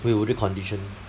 we will recondition